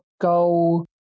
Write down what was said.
go